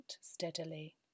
steadily